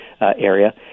area